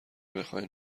بخواین